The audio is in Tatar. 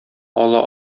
ала